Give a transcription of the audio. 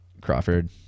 Crawford